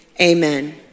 amen